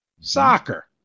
soccer